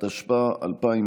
התקבלה על ידי